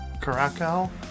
Caracal